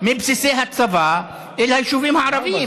מבסיסי הצבא אל היישובים הערביים.